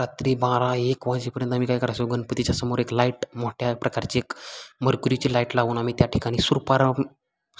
रात्री बारा एक वाजेपर्यंत आम्ही काय करायचो गणपतीच्यासमोर एक लाईट मोठ्या प्रकारची एक मरकुरीची लाईट लावून आम्ही त्या ठिकाणी सुरूपार